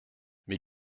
mais